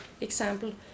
example